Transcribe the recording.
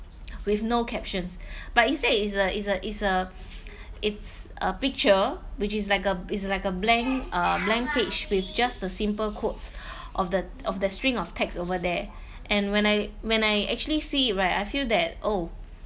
with no captions but instead it's a it's a it's a it's a picture which is like a is like a blank uh blank page with just the simple quotes of the of the string of text over there and when I when I actually see it right I feel that oh